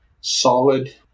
solid-